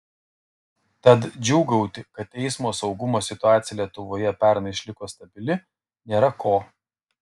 tad džiūgauti kad eismo saugumo situacija lietuvoje pernai išliko stabili nėra ko